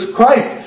Christ